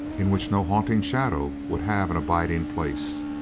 in which no haunting shadow would have an abiding-place.